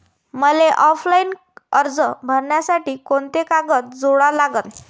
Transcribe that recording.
मले ऑफलाईन कर्ज घ्यासाठी कोंते कागद जोडा लागन?